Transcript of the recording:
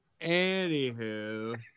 Anywho